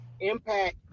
Impact